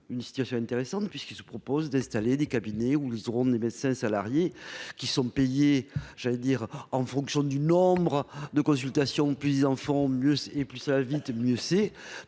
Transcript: une situation intéressante puisqu'il se propose d'installer des cabinets où ils auront des médecins salariés qui sont payés, j'allais dire en fonction du nombre de consultations petits-enfants mieux et plus vite et mieux c'est